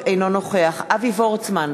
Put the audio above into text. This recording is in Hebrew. אינו נוכח אבי וורצמן,